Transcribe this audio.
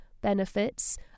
benefits